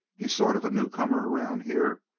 he's sort of a newcomer around here.